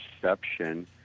perception